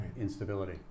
instability